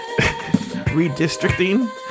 redistricting